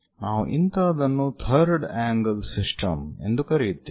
ನಾವು ಇಂತಹದನ್ನು third angle system ಎಂದು ಕರೆಯುತ್ತೇವೆ